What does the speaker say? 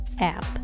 app